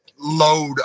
load